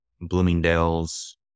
Bloomingdale's